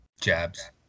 Jabs